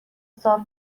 صاف